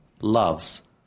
loves